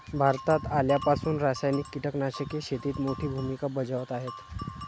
भारतात आल्यापासून रासायनिक कीटकनाशके शेतीत मोठी भूमिका बजावत आहेत